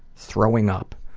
throwing up.